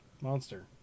monster